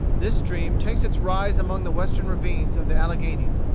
this stream takes its rise among the western ravines of the alleghanies,